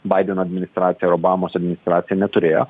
baideno administracija ir obamos administracija neturėjo